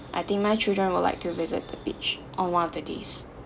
I think my children will like to visit the beach on one of the days